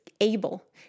able